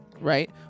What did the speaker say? right